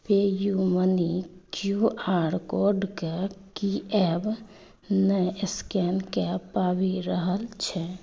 पे U Money Q R कोडके किएक नहि स्कैन कऽ पाबि रहल छै